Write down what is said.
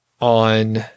on